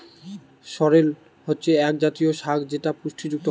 সরেল হচ্ছে এক জাতীয় শাক যেটা পুষ্টিযুক্ত খাবার